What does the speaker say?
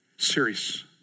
Serious